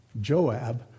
Joab